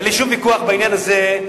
אין לי שום ויכוח בעניין הזה.